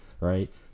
right